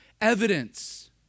evidence